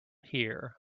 here